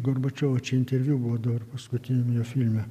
gorbačiovo čia interviu buvo dar paskutiniam jo filme